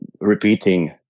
repeating